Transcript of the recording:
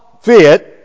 fit